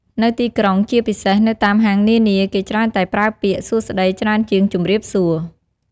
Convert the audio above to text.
នៅទីក្រុង ជាពិសេស នៅតាមហាងនានា គេច្រើនតែប្រើពាក្យ “សួស្តី” ច្រើនជាង “ជំរាបសួរ”។